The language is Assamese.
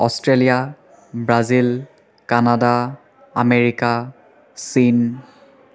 অষ্ট্ৰেলিয়া ব্ৰাজিল কানাডা আমেৰিকা চীন